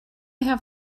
have